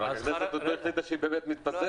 אבל ועדת הכנסת עוד לא החליטה שהיא באמת מתפזרת.